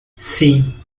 sim